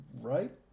right